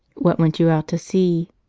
what went you out to see?